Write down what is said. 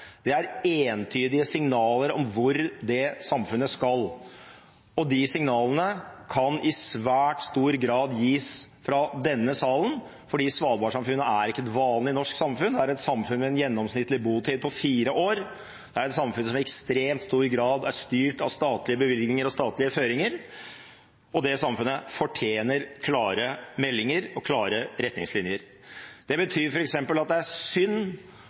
er entydige signaler om hvor det samfunnet skal, og de signalene kan i svært stor grad gis fra denne salen, fordi Svalbard-samfunnet ikke er et vanlig norsk samfunn. Det er et samfunn med en gjennomsnittlig botid på fire år. Det er et samfunn som i ekstremt stor grad er styrt av statlige bevilgninger og statlige føringer, og det samfunnet fortjener klare meldinger og klare retningslinjer. Det betyr f.eks. at det er synd